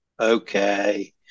okay